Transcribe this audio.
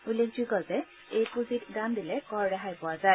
উল্লেখযোগ্য যে এই পুঁজিত দান দিলে কৰ ৰেহাই পোৱা যায়